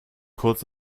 kurz